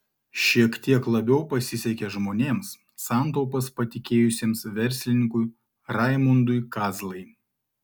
šiek tiek labiau pasisekė žmonėms santaupas patikėjusiems verslininkui raimundui kazlai